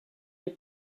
les